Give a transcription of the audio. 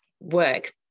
work